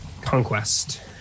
conquest